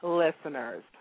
listeners